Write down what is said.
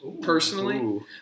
Personally